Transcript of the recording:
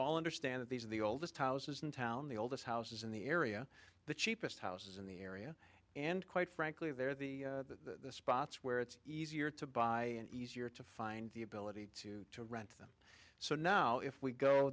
all understand that these are the oldest houses in town the oldest houses in the area the cheapest houses in the area and quite frankly they're the the spots where it's easier to buy and easier to find the ability to to rent them so now if we go